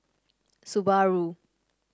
Subaru